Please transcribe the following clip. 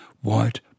white